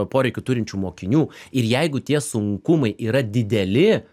poreikį turinčių mokinių ir jeigu tie sunkumai yra dideli